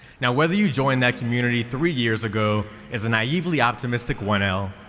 now, whether you joined that community three years ago as a naively optimistic one l,